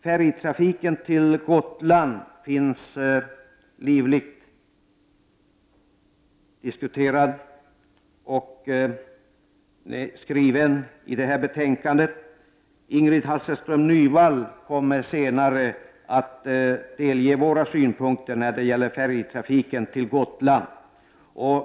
Färjetrafiken till Gotland beskrivs och diskuteras livligt i detta betänkande. Ingrid Hasselström Nyvall kommer senare att redogöra för våra synpunkter på färjetrafiken till Gotland.